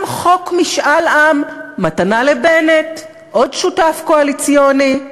גם חוק משאל עם, מתנה לבנט, עוד שותף קואליציוני.